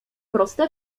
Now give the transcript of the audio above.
proste